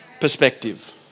perspective